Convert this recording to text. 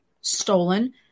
stolen